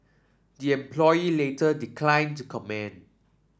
the employee later declined to comment